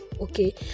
okay